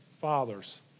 fathers